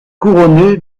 couronné